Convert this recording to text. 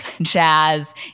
Jazz